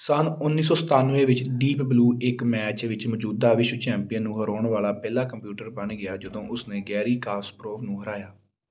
ਸੰਨ ਉੱਨੀ ਸੌ ਸਤਾਨਵੇਂ ਵਿੱਚ ਡੀਪ ਬਲੂ ਇੱਕ ਮੈਚ ਵਿੱਚ ਮੌਜੂਦਾ ਵਿਸ਼ਵ ਚੈਂਪੀਅਨ ਨੂੰ ਹਰਾਉਣ ਵਾਲਾ ਪਹਿਲਾ ਕੰਪਿਊਟਰ ਬਣ ਗਿਆ ਜਦੋਂ ਉਸ ਨੇ ਗੈਰੀ ਕਾਸਪਰੋਵ ਨੂੰ ਹਰਾਇਆ